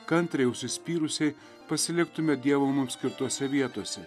kantriai užsispyrusiai pasiliktume dievo mums skirtose vietose